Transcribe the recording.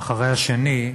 אחרי השני,